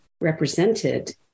represented